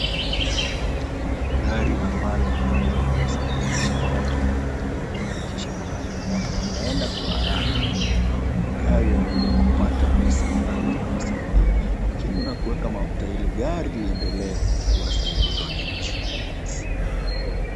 Gari ambalo linaweza kuwasafirisha watu ili kuwafikisha mahali ambapo wanaenda kwa haraka na wenye gari wanaweza kupata pesa ambazo zinawasaidia kukimu na kuweka mafuta ili gari liendelee kuwasaidia wananchi.